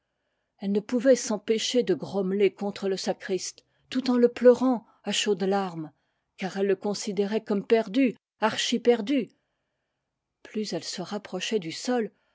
elle ne pouvait s'empêcher de grommeler contre le sacriste tout en le pleurant à chaudes larmes car elle le considérait comme perdu archiperdu plus elle se rapprochait du sol